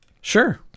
Sure